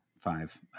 five